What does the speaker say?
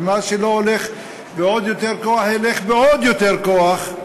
ומה שלא הולך בעוד יותר כוח ילך בעוד יותר כוח,